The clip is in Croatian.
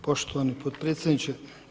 Poštovani potpredsjedniče.